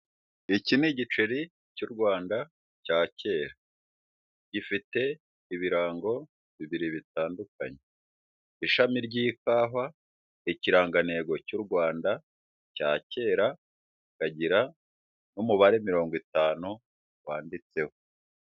Iki ni igiceri cy' u Rwanda cya kera gifite ibirango bibiri bitandukanye ishami ry'ikawa ikirangantego cy' u Rwanda cya kera kikagira n'umubare mirongo itanu wanditseho.